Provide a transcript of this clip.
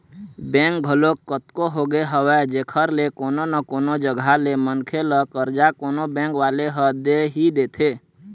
bank घलोक कतको होगे हवय जेखर ले कोनो न कोनो जघा ले मनखे ल करजा कोनो बेंक वाले ह दे ही देथे